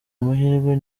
amahirwe